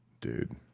dude